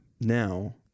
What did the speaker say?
now